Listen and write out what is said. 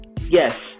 Yes